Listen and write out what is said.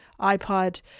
iPod